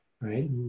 right